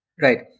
Right